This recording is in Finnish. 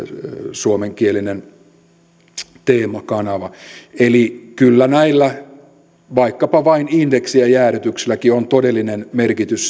suomenkielinen teema kanava eli kyllä näillä vaikkapa vain indeksien jäädytykselläkin on todellinen merkitys